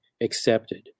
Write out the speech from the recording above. accepted